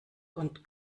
und